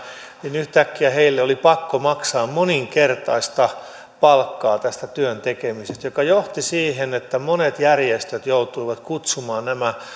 niin yhtäkkiä heille oli pakko maksaa moninkertaista palkkaa tästä työn tekemisestä se johti siihen että monet järjestöt joutuivat kutsumaan nämä